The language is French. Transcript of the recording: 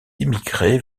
immigrés